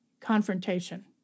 confrontation